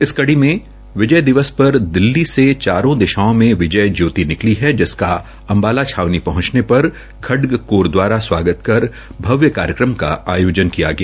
इस कड़ी में विजय दिवस पर दिल्ली से चारों दिशाओं में विजय ज्योति निकली है जिसका अमबाला पहंचने पर खड़ग कोर दवारा स्वागत कर भव्य कार्यक्रम का आयोजन किया गया